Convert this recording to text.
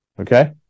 Okay